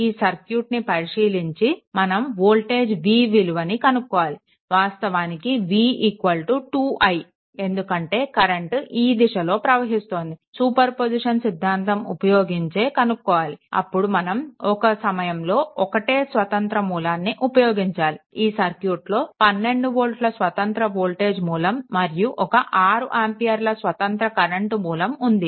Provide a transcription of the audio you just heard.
ఈ సర్క్యూట్ని పరిశీలించి మనం వోల్టేజ్ v విలువను కనుక్కోవాలి వాస్తవానికి v 2i ఎందుకంటే కరెంట్ ఈ దిశలో ప్రవహిస్తుంది సూపర్ పొజిషన్ సిద్ధాంతం ఉపయోగించే కనుక్కోవాలి అప్పుడు మనం ఒక సమయంలో ఒకటే స్వతంత్ర మూలాన్ని ఉపయోగించాలి ఈ సర్క్యూట్లో 12 వోల్ట్ల స్వతంత్ర వోల్టేజ్ మూలం మరియు ఒక 6 ఆంపియర్ల స్వతంత్ర కరెంట్ మూలం ఉంది